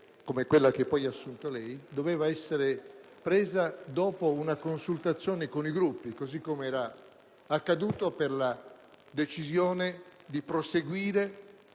Grazie,